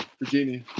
Virginia